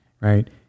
right